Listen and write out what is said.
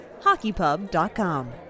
HockeyPub.com